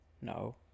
no